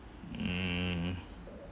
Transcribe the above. mm